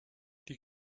die